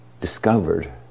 discovered